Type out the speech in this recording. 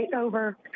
over